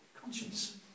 conscience